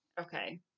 Okay